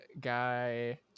guy